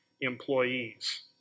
employees